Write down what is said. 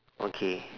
okay